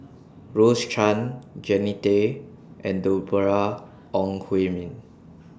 Rose Chan Jannie Tay and Deborah Ong Hui Min